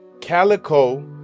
Calico